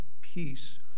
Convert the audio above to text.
peace